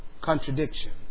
contradiction